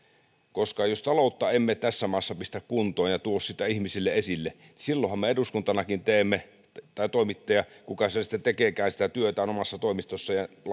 koska jos taloutta emme tässä maassa pistä kuntoon ja tuo sitä ihmisille esille silloinhan me eduskuntanakin teemme väärin tai toimittaja kuka sitten tekeekään sitä työtään omassa toimistossa ja